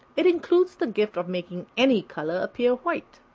it includes the gift of making any color appear white.